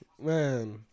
man